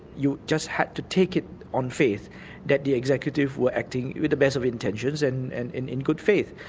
you just had to take it on faith that the executive were acting with the best of intentions and and in good faith.